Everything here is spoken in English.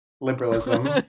Liberalism